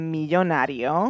Millonario